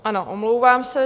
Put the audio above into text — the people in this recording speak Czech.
Ano, omlouvám se.